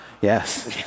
Yes